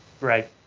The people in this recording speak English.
right